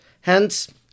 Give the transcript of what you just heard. Hence